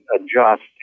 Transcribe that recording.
adjust